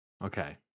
Okay